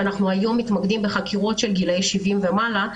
שהיום אנחנו מתמקדים בחקירות של גילאי 70 ומעלה,